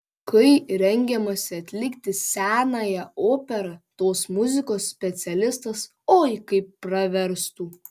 kai rengiamasi atlikti senąją operą tos muzikos specialistas oi kaip praverstų